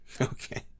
Okay